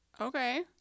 Okay